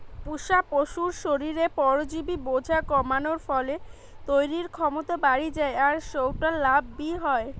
পুশা পশুর শরীরে পরজীবি বোঝা কমানার ফলে তইরির ক্ষমতা বাড়ি যায় আর সউটা লাভ বি হয়